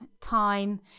time